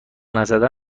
نزدن